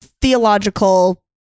theological